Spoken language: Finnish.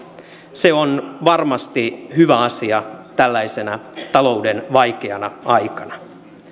se on varmasti hyvä asia tällaisena talouden vaikeana aikana